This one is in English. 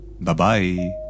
Bye-bye